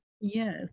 Yes